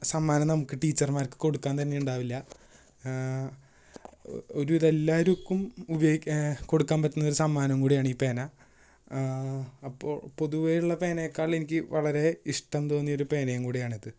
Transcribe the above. സമ്മാനം നമുക്ക് ടീച്ചറുമാർക്ക് കൊടുക്കാൻ തന്നെ ഉണ്ടാവില്ല ഒരുവിധം എല്ലാവർക്കും കൊടുക്കാൻ പറ്റുന്ന ഒരു സമ്മാനവും കൂടെയാണ് ഈ പേന അപ്പോൾ പൊതുവേയുള്ള പേനയേക്കാൾ എനിക്ക് വളരെ ഇഷ്ടം തോന്നിയ ഒരു പേനയും കൂടെയാണിത്